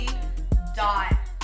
D-O-T